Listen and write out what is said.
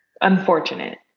unfortunate